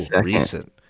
Recent